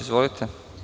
Izvolite.